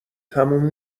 تموم